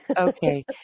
Okay